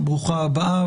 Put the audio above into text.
ברוכה הבאה,